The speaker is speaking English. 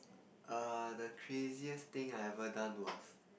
err the craziest thing I ever done was